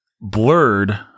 blurred